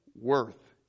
worth